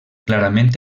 clarament